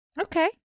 Okay